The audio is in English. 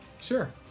Sure